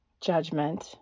judgment